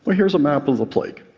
but here's a map of the plague.